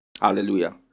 Hallelujah